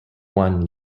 one